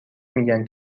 میگن